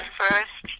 first